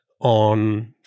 on